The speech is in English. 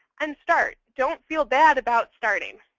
and start. don't feel bad about starting.